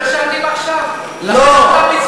לכן,